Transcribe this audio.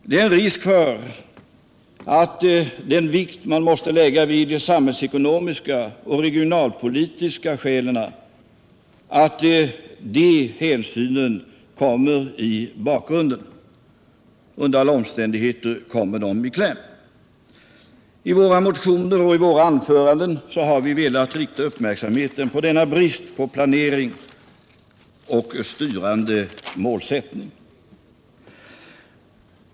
Det är risk för att de hänsyn man måste ta till samhällsekonomiska och regionalpolitiska skäl kommer i bakgrunden. Under alla omständigheter kommer de i kläm. — I våra motioner och i våra anföranden har vi velat rikta uppmärksamheten på denna brist på planering och styrande målsättning.